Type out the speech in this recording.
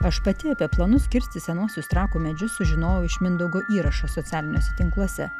aš pati apie planus kirsti senuosius trakų medžius sužinojau iš mindaugo įrašo socialiniuose tinkluose